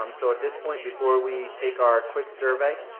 um so at this point, before we take our quick survey,